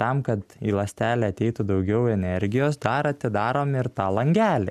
tam kad į ląstelę ateitų daugiau energijos dar atidarom ir tą langelį